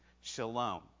shalom